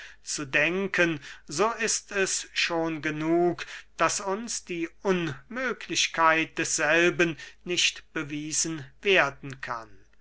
zu denken so ist es schon genug daß uns die unmöglichkeit desselben nicht bewiesen werden kann